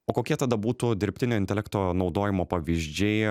o kokie tada būtų dirbtinio intelekto naudojimo pavyzdžiai